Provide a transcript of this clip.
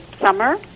summer